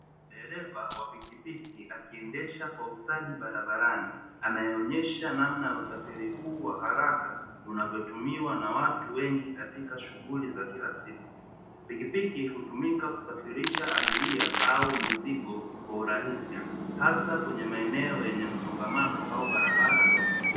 Dereva wa pikipiki akiendesha kwa ustadi barabarani, anayeonesha namna usafiri huu wa haraka unavyotumiwa na watu wengi katika shughuli za kila siku. Pikipiki hutumika kusafirisha abiria au mizigo kwa urahisi, hasa kwenye maeneo yenye msongamano au barabara ndogo.